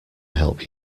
help